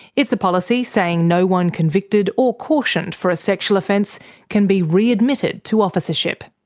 it's a policy saying no one convicted or cautioned for a sexual offence can be readmitted to officership.